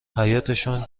حیاطشون